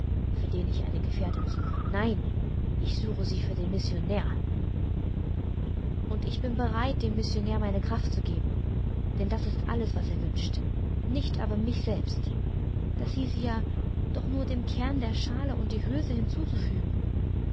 für den ich eine gefährtin suche nein ich suche sie für den missionär und ich bin bereit dem missionär meine kraft zu geben denn das ist alles was er wünscht nicht aber mich selbst das hieße ja doch nur dem kern die schale und die hülse hinzufügen